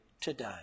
today